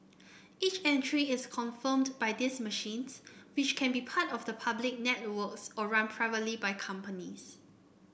each entry is confirmed by these machines which can be part of the public networks or run privately by companies